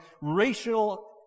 racial